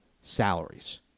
salaries